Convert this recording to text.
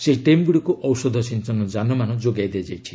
ସେହି ଟିମ୍ଗୁଡ଼ିକୁ ଔଷଧ ସିଞ୍ଚନଯାନ ମାନ ଯୋଗାଇ ଦିଆଯାଇଛି